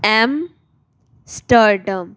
M ਸਟਰਡਮ